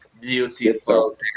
beautiful